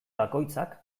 bakoitzak